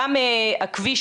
גם הכביש